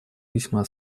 весьма